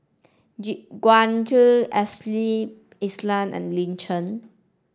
Gu Juan Ashley Isham and Lin Chen